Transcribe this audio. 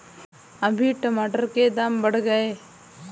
अभी टमाटर के दाम बढ़ गए